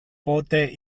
pote